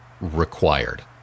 required